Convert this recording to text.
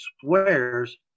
swears